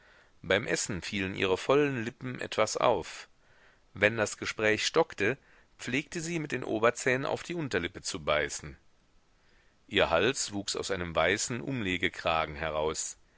beim essen fielen ihre vollen lippen etwas auf wenn das gespräch stockte pflegte sie mit den oberzähnen auf die unterlippe zu beißen ihr hals wuchs aus einem weißen umlegekragen heraus